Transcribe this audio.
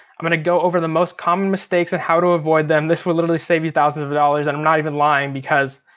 i'm gonna go over the most common mistakes and how to avoid them, this will literally save you thousands of of dollars, and i'm not even lying, because,